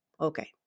Okay